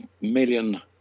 million